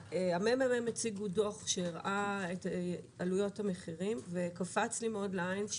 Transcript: הממ"מ הציגו דוח שהראה את עלויות המחירים וקפץ לי לעין,